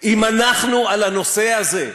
אם אנחנו על הנושא הזה,